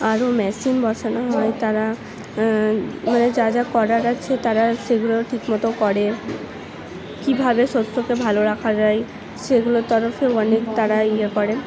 আরও মেশিন বসানো হয় তারা মানে যা যা করার আছে তারা সেগুলো ঠিক মতো করে কীভাবে শস্যকে ভালো রাখা যায় সেগুলোর তরফেও অনেক তারা ইয়ে করে